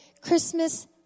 Christmas